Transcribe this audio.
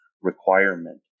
requirement